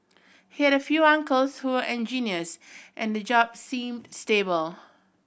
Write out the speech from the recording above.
he had few uncles who were engineers and the job seemed stable